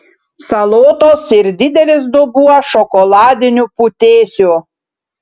salotos ir didelis dubuo šokoladinių putėsių